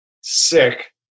sick